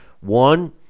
one